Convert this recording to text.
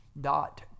Dot